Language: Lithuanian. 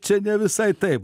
čia ne visai taip